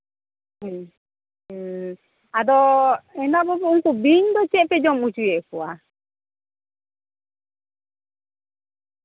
ᱦᱮᱸ ᱦᱮᱸ ᱟᱫᱚ ᱦᱮᱸᱫᱟ ᱵᱟᱵᱩ ᱩᱱᱠᱩ ᱵᱤᱧ ᱫᱚ ᱪᱮᱫ ᱯᱮ ᱡᱚᱢ ᱦᱚᱪᱚᱭᱮᱫ ᱠᱚᱣᱟ